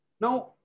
Now